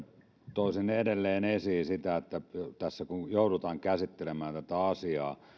toisin edelleen esiin sitä että tässä kun joudutaan käsittelemään tätä asiaa